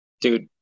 dude